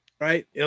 right